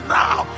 now